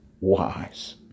wise